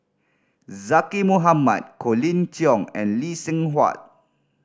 Zaqy Mohamad Colin Cheong and Lee Seng Huat